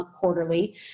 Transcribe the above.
quarterly